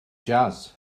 jazz